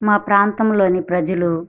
మా ప్రాంతంలోని ప్రజలు